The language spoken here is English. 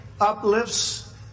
uplifts